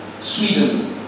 Sweden